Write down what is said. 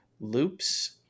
loops